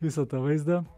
visą tą vaizdą